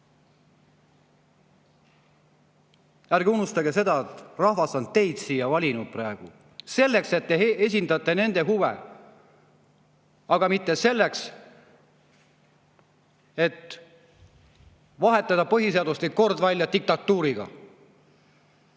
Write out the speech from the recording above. Ärge unustage, et rahvas on teid siia valinud selleks, et te esindaks nende huve, aga mitte selleks, et vahetada põhiseaduslik kord välja diktatuuri